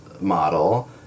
model